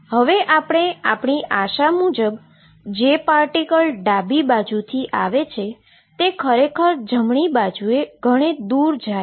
હવે આપણી આશા મુજબ જે પાર્ટીકલ ડાબી બાજુ એ થી આવે છે તે ખરેખર જમણી બાજુએ ઘણે દુર જાય છે